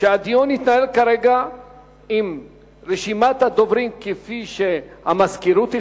הדיון יתנהל כרגע עם רשימת הדוברים כפי שהמזכירות הכינה,